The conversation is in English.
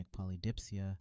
polydipsia